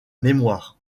mémoire